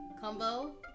combo